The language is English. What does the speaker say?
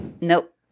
nope